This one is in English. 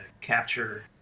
capture